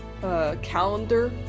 calendar